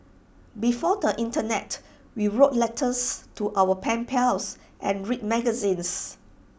before the Internet we wrote letters to our pen pals and read magazines